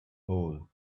hole